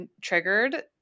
triggered